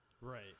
Right